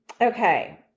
Okay